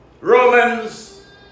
Romans